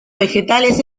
vegetales